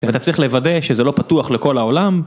אתה צריך לוודא שזה לא פתוח לכל העולם.